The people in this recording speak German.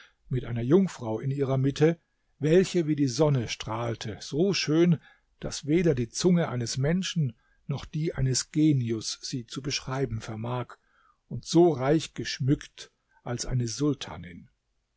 mit einer jungfrau in ihrer mitte welche wie die sonne strahlte so schön daß weder die zunge eines menschen noch die eines genius sie zu beschreiben vermag und so reich geschmückt als eine sultanin